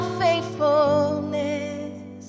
faithfulness